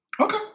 Okay